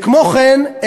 כמו כן,